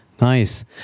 Nice